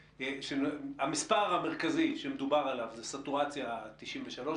המספר המרכזי שמדובר עליו זה סטורציה 93,